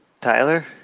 Tyler